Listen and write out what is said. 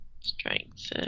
Strength